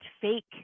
fake